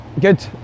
Good